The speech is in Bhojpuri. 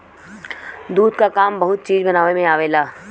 दूध क काम बहुत चीज बनावे में आवेला